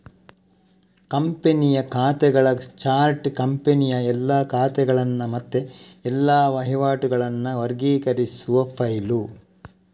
ಕಂಪನಿಯ ಖಾತೆಗಳ ಚಾರ್ಟ್ ಕಂಪನಿಯ ಎಲ್ಲಾ ಖಾತೆಗಳನ್ನ ಮತ್ತೆ ಎಲ್ಲಾ ವಹಿವಾಟುಗಳನ್ನ ವರ್ಗೀಕರಿಸುವ ಫೈಲು